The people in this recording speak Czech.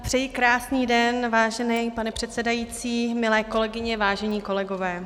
Přeji krásný den, vážený pane předsedající, milé kolegyně, vážení kolegové.